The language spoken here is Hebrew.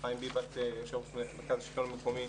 שחיים ביבס, יושב-ראש מרכז השלטון המקומי